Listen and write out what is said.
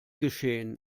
geschehen